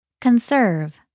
Conserve